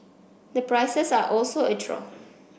the prices are also a draw